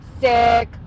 sick